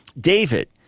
David